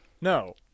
no